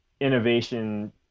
innovation